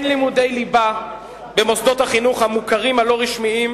לימודי ליבה במוסדות החינוך המוכרים הלא-רשמיים,